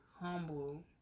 Humble